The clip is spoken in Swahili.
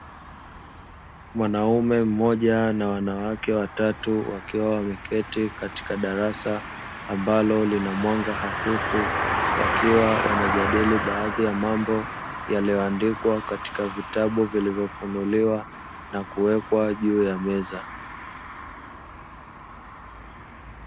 Mwanaume mmoja na wanawake watatu wakiwa wameketi katika darasa, ambalo lina mwanga hafifu, wakiwa wanajadili baadhi ya mambo yaliyoandikwa katika vitabu vilivyofunuliwa na kuwekwa juu ya meza.